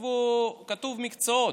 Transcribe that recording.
כתוב מקצועות: